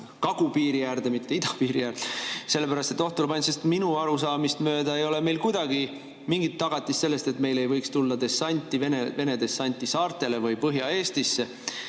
kagupiiri äärde – mitte idapiiri äärde –, sellepärast, et oht tuleb ainult [idast], sest minu arusaamist mööda ei ole meil kuidagi mingit tagatist selleks, et meile ei võiks tulla dessanti, Vene dessanti saartele või Põhja-Eestisse.